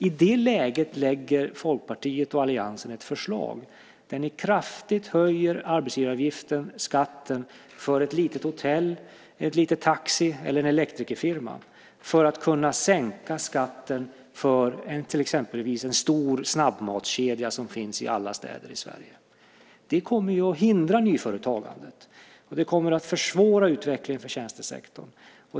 I det läget lägger Folkpartiet och alliansen fram ett förslag där ni kraftigt höjer arbetsgivaravgiften, skatten, för ett litet hotell, ett litet taxiföretag eller en liten elektrikerfirma för att kunna sänka skatten för exempelvis en stor snabbmatskedja som finns i alla städer i Sverige. Det kommer att hindra nyföretagandet. Det kommer att försvåra utvecklingen för tjänstesektorn.